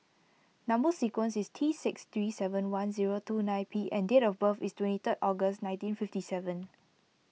Number Sequence is T six three seven one zero two nine P and date of birth is twenty three August nineteen fifty seven